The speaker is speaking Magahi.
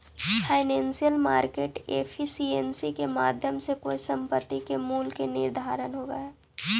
फाइनेंशियल मार्केट एफिशिएंसी के माध्यम से कोई संपत्ति के मूल्य के निर्धारण होवऽ हइ